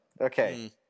Okay